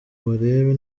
barebe